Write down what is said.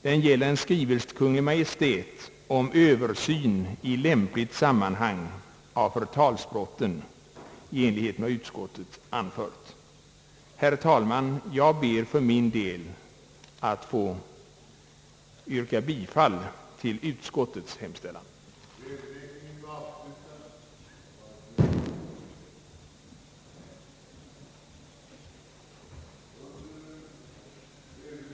Den gäller en skrivelse till Kungl. Maj:t om översyn i lämpligt sammanhang av förtalsbrotten i enlighet med vad utskottet anfört. Herr talman, jag ber för min del att få yrka bifall till utskottets hemställan.